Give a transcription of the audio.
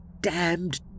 damned